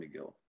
mcgill